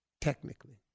technically